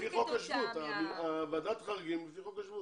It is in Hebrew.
אמרתי לפי חוק השבות ועדת חריגים לפי חוק השבות.